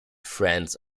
friends